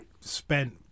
spent